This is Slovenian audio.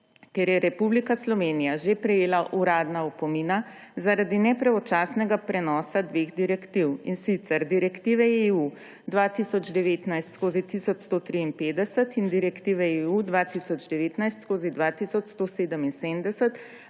ker je Republika Slovenija že prejela uradna opomina zaradi nepravočasnega prenosa dveh direktiv, in sicer direktive EU 2019/1153 in direktive EU 2019/2177,